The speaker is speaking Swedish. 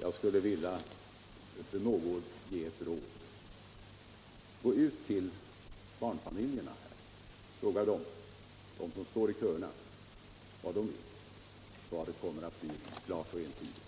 Jag skulle vilja ge fru Mogård ett råd: Gå ut till barnfamiljerna och fråga dem som står i köerna vad de vill. Svaret kommer att bli entydigt.